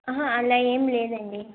అలా ఏం లేదండి